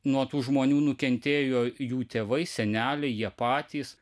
nuo tų žmonių nukentėjo jų tėvai seneliai jie patys